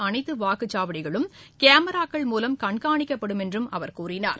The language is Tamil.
அனைத்து வாக்குச்சாவடிகளும் கேமராக்கள் மூலம் கண்காணிக்கப்படும் என்றும் அவர் கூறினார்